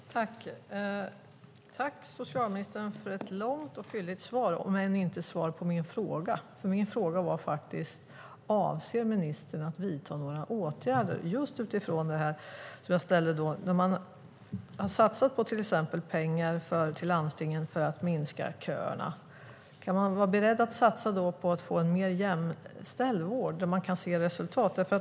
Herr talman! Jag tackar socialministern för ett långt och fylligt svar, om än inte svar på min fråga. Min fråga var faktiskt om ministern avser att vidta några åtgärder utifrån det som jag tog upp. Man har satsat pengar på landstingen för att de ska minska köerna. Är man då beredd att satsa på att få en mer jämställd vård där man kan se resultat?